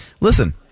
Listen